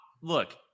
look